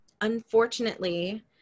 unfortunately